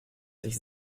sich